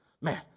Man